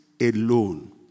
alone